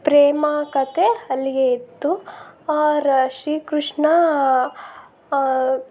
ಪ್ರೇಮಾಕಥೆ ಅಲ್ಲಿಗೆ ಇತ್ತು ರ ಶ್ರೀಕೃಷ್ಣ